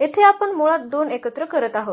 येथे आपण मुळात दोन एकत्र करत आहोत